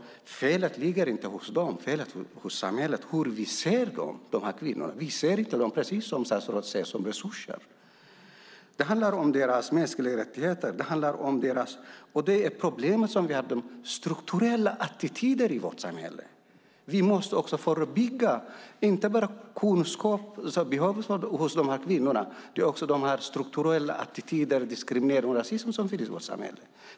Felet ligger inte hos dem. Felet ligger hos samhället och hur vi ser på de här kvinnorna. Vi ser dem inte som resurser, precis som statsrådet säger. Det handlar om deras mänskliga rättigheter. Problemet är de strukturella attityderna i vårt samhälle. Det är inte bara kunskap som behövs hos de här kvinnorna, utan det finns också strukturella attityder, diskriminering och rasism i vårt samhälle.